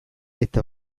eta